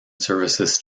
services